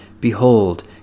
Behold